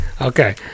Okay